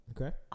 Okay